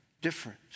different